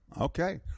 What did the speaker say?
Okay